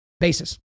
basis